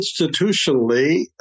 institutionally